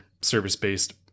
service-based